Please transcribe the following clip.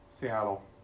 Seattle